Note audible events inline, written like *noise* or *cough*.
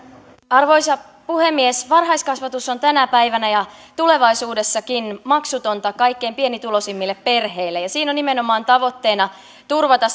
arvoisa puhemies varhaiskasvatus on tänä päivänä ja tulevaisuudessakin maksutonta kaikkein pienituloisimmille perheille ja siinä on nimenomaan tavoitteena turvata *unintelligible*